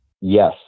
Yes